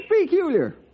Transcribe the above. peculiar